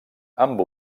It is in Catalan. amb